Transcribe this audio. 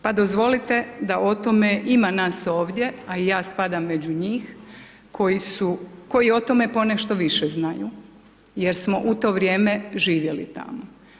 Pa dozvolite da o tome, ima nas ovdje a i ja spadam među njih koji su, koji o tome ponešto više znaju jer smo u to vrijeme živjeli tamo.